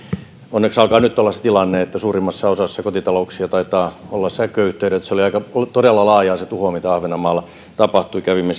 onneksi alkaa nyt olla se tilanne että suurimmassa osassa kotitalouksia taitaa olla sähköyhteydet oli todella laajaa se tuho mikä ahvenanmaalla tapahtui kävimme sitä